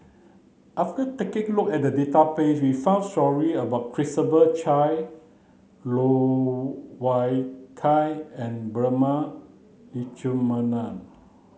after taking a look at the database we found stories about Christopher Chia Loh Wai Kiew and Prema Letchumanan